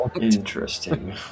Interesting